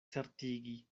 certigi